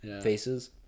Faces